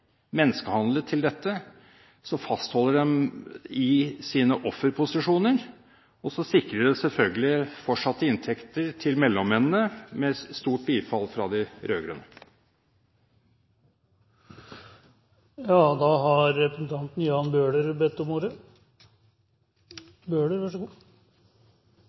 menneskehandlet, til dette, fastholder det dem i sine offerposisjoner, og så sikrer det selvfølgelig fortsatt inntekter til mellommennene, med stort bifall fra de rød-grønne. Uten å ønske å dra debatten videre vil jeg gjerne bare få fram et par poenger. Det ene er at man har